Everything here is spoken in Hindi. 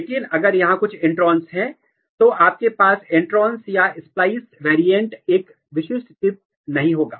लेकिन अगर यहां कुछ इंट्रॉन है तो आपके पास इंट्रॉन या स्प्लिस वेरिएंट एक विशिष्ट चिप्स नहीं होगा